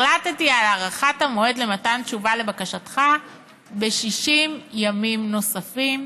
החלטתי על הארכת המועד למתן תשובה לבקשתך ב-60 ימים נוספים..."